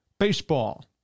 baseball